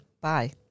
bye